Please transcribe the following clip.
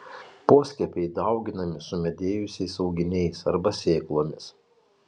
poskiepiai dauginami sumedėjusiais auginiais arba sėklomis